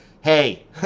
hey